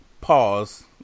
Pause